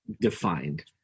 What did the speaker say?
defined